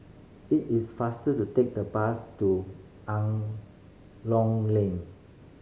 it is faster to take the bus to Lane